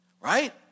Right